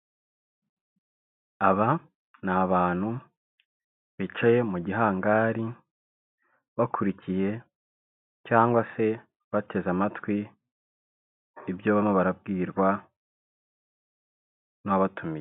Aba ni abantu bicaye mu gihangari bakurikiye cyangwa se bateze amatwi ibyo barimo barabwirwa n'uwabatumiye.